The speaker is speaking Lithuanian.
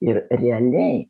ir realiai